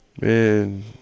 man